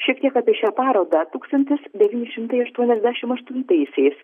šiek tiek apie šią parodą tūkstantis devyni šimtai aštuoniasdešim aštuntaisiais